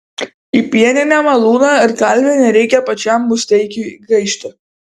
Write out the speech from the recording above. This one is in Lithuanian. į pieninę malūną ar kalvę nereikia pačiam musteikiui gaišti